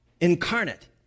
incarnate